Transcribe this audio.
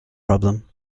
problem